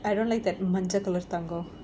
I don't like that மஞ்ச:manja colour தங்கம்:thangam